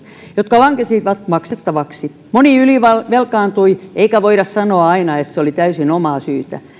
jotka lankesivat maksettavaksi moni ylivelkaantui eikä voida sanoa että se oli aina täysin omaa syytä